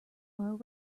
are